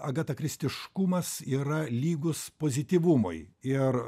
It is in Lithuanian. agatakristiškumas yra lygus pozityvumui ir